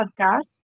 podcast